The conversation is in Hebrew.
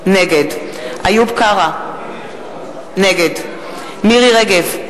נגד איוב קרא, נגד מירי רגב,